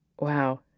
Wow